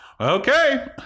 Okay